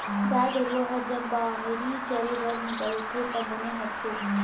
गाय गरूवा ह जब बाहिर चरे बर निकलथे त बने होथे